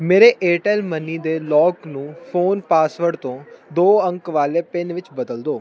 ਮੇਰੇ Airtel money ਦੇ lock ਨੂੰ ਫ਼ੋਨ ਪਾਸਵਰਡ ਤੋਂ ਦੋ ਅੰਕ ਵਾਲੇ ਪਿੰਨ ਵਿੱਚ ਬਦਲ ਦਿਓ